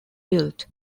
built